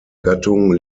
gattung